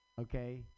Okay